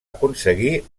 aconseguir